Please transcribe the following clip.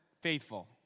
faithful